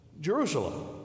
Jerusalem